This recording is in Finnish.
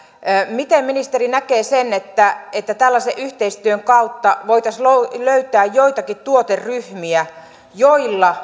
miten ministeri näkee sen että että tällaisen yhteistyön kautta voitaisiin löytää joitakin tuoteryhmiä joilla